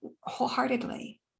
wholeheartedly